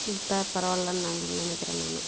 கொடுத்தா பரவாயில்ல நான் நினைக்கிறேன் நான்